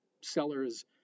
sellers